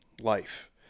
life